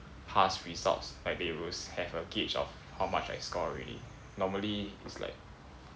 past results like they will have a gauge of how much I score already normally is like